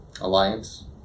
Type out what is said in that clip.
Alliance